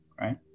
right